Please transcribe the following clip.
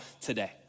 today